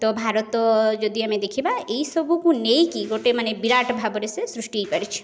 ତ ଭାରତ ଯଦି ଆମେ ଦେଖିବା ଏଇ ସବୁକୁ ନେଇକି ଗୋଟିଏ ମାନେ ବିରାଟ ଭାବରେ ସେ ସୃଷ୍ଟି ହେଇପାରିଛି